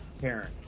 Karen